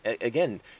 again